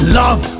love